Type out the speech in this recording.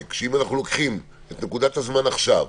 שאם אנחנו לוקחים את נקודת הזמן עכשיו,